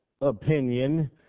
opinion